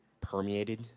permeated